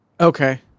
Okay